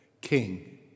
king